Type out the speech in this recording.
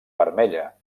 vermella